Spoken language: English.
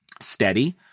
steady